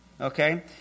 Okay